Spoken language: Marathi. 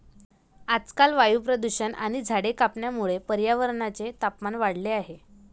आजकाल वायू प्रदूषण आणि झाडे कापण्यामुळे पर्यावरणाचे तापमान वाढले आहे